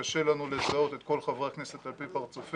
קשה לנו לזהות את כל חברי הכנסת על פי פרצופים.